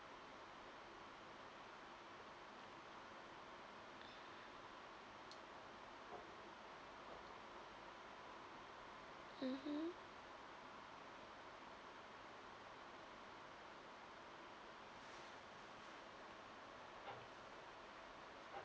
mmhmm